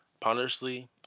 Ponderously